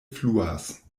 fluas